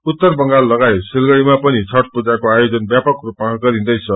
उत्तर बंगाल लागायत सिलगरीमा पनि छठपूजाको आयोजन व्यापक रूपमा गरिंदैछ